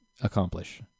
accomplish